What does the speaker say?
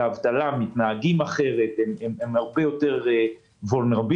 באבטלה מתנהגים אחרת, הם הרבה יותר פגיעים.